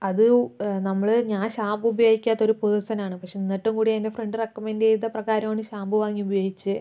അതു നമ്മള് ഞാൻ ഷാമ്പു ഉപയോഗിക്കാത്ത ഒരു പേഴ്സൺ ആണ് പക്ഷേ എന്നിട്ടും കൂടി എന്റെ ഫ്രണ്ട് റെക്കമന്റ് ചെയ്ത പ്രകാരമാണ് ഷാമ്പു വാങ്ങി ഉപയോഗിച്ചത്